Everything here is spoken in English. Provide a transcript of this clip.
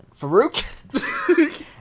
Farouk